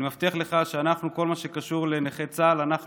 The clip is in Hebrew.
אני מבטיח לך שבכל מה שקשור לנכי צה"ל אנחנו